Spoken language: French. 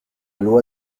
loi